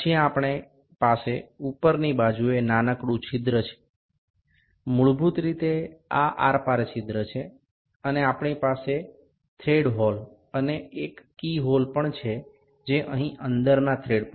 তারপরে আমাদের উপরের দিকে একটি ছোট গর্ত রয়েছে মূলত এটি মধ্য দিয়ে সম্পূর্ন গর্ত এবং একটি প্যাঁচ যুক্ত গর্ত আছে একটি চাবির গর্ত আছে এটিও প্যাঁচ যুক্ত আভ্যন্তরীণ প্যাঁচ আছে